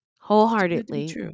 Wholeheartedly